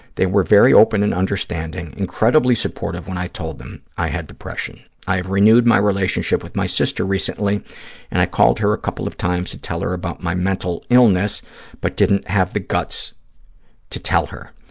they were very open and understanding, incredibly supportive when i told them i had depression. i've renewed my relationship with my sister recently and i called her a couple of times to tell her about my mental illness but didn't have the guts to tell her.